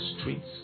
streets